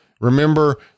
Remember